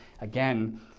again